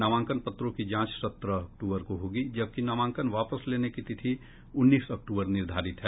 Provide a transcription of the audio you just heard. नामांकन पत्रों की जांच सत्रह अक्टूबर को होगी जबकि नामांकन वापस लेने की तिथि उन्नीस अक्टूबर निर्धारित है